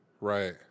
Right